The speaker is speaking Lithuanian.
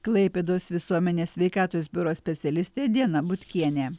klaipėdos visuomenės sveikatos biuro specialistė diana butkienė